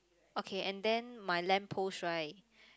okay and then my lamp post right